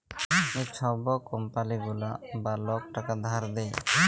যে ছব কম্পালি গুলা বা লক টাকা ধার দেয়